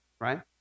right